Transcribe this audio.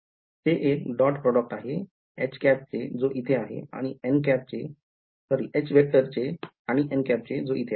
ते एक dot product आहे जो इथे आहे आणि जो कि इथे आहे